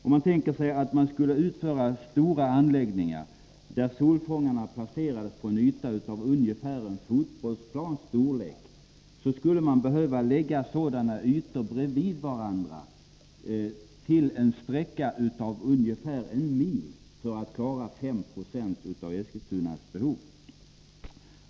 Om man tänker sig att man skulle utföra stora anläggningar där solfångarna placerades på en yta av ungefär en fotbollsplans storlek, skulle det behövas ett band av fotbollsplaner lagda bredvid varandra på över en mils längd.